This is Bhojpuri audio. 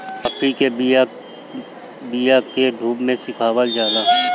काफी के बिया के धूप में सुखावल जाला